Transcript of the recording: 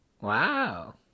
Wow